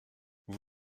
vous